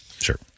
sure